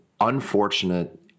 unfortunate